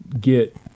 get